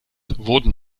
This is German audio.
wurden